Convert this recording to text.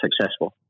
successful